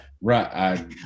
right